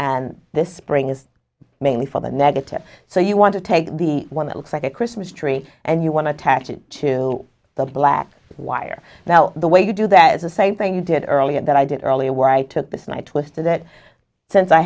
and this spring is mainly for the negative so you want to take the one that looks like a christmas tree and you want to tack it to the black wire now the way you do that is the same thing you did earlier that i did earlier where i took this and i twisted it since i